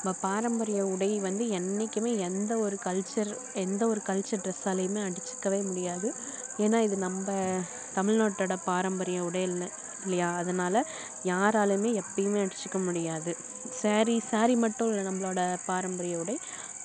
நம்ம பாரம்பரிய உடை வந்து என்னைக்குமே எந்த ஒரு கல்ச்சர் எந்த ஒரு கல்ச்சர் டிரெஸ்ஸாலேயுமே அடித்துக்கவே முடியாது ஏன்னா இது நம்ம தமிழ்நாட்டோட பாரம்பரியம் உடைகள் இல்லையா அதனால யாராலேயுமே எப்பயுமே அடித்துக்க முடியாது சேரீஸ் சேரீ மட்டும் இல்லை நம்மளோட பாரம்பரிய உடை